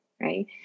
right